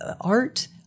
art